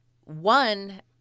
One